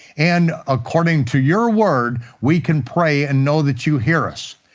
and according to your word, we can pray and know that you hear us.